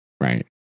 Right